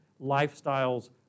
lifestyles